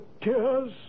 tears